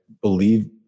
believe